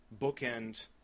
bookend